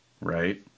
Right